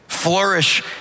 flourish